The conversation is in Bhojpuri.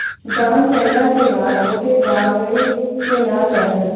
दान कइला के बाद ओके गावे के ना चाही